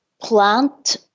plant